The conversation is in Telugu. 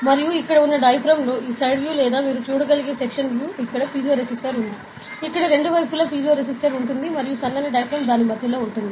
మరియు ఇక్కడ వున్న డయాఫ్రాగమ్ లో ఈ సైడ్ వ్యూ లేదా మీరు చూడగలిగే సెక్షన్ వ్యూ ఇక్కడ పిజో రెసిస్టర్ ఉంది ఇక్కడ రెండు వైపులా పిజో రెసిస్టర్ ఉంటుంది మరియు సన్నని డయాఫ్రాగమ్ దాని మధ్య ఉంటుంది